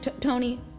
Tony